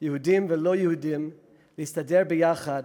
יהודים ולא-יהודים להסתדר ביחד